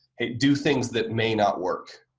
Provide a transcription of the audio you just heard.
do things that may not work,